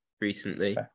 recently